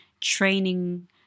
training